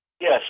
Yes